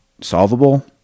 Solvable